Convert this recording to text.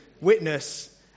witness